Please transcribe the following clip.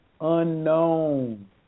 unknown